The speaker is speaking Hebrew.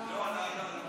לא הבנתי.